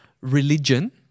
religion